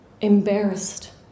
embarrassed